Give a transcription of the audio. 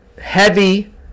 heavy